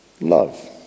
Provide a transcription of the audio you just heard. love